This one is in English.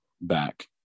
back